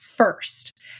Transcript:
first